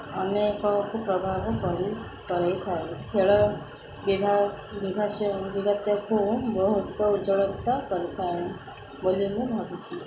ଅନେକ କୁପ୍ରଭାବ କରି କରାଇଥାଏ ଖେଳ ଭବିଷ୍ୟତକୁ ବହୁତ ଉଜ୍ଜଳ କରିଥାଏ ବୋଲି ମୁଁ ଭାବୁିଛିି